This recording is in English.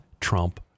Trump